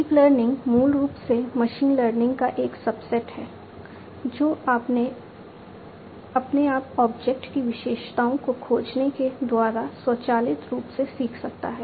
deep learning मूल रूप से मशीन लर्निंग का एक सबसेट है जो अपने आप ऑब्जेक्ट की विशेषताओं को खोजने के द्वारा स्वचालित रूप से सीख सकता है